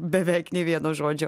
beveik nė vieno žodžio